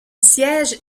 siège